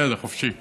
בסדר, חופשי.